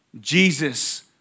Jesus